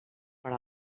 per